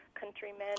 countrymen